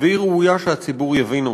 והיא ראויה שהציבור יבין אותה.